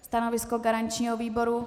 Stanovisko garančního výboru?